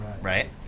right